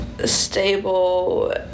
stable